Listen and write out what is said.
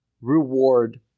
reward